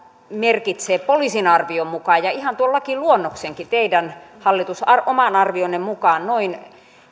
merkitsee poliisin arvion mukaan ja ihan tuon lakiluonnoksenkin teidän hallitus oman arvionne mukaan